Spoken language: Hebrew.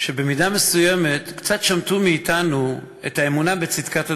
שבמידה מסוימת קצת שמטו מאתנו את האמונה בצדקת הדרך.